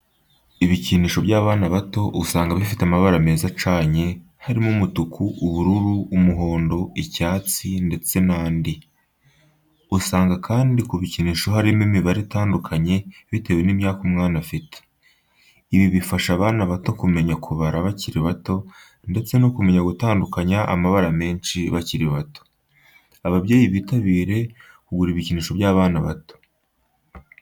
Ibikinisho by'abana bato usanga bifite amabara meza acanye harimo: umutuku, ubururu, umuhondo, icyatsi, ndetse n'andi. Usanga kandi ku ibikinisho harimo imibare itandukanye bitewe n'imyaka umwana afite. Ibi bifasha abana bato kumenya kubara bakiri bato, ndetse no kumenya gutandukanya amabara menshi bakiri bato. Ababyeyi bitabire kugura ibikinisho by'abana babo.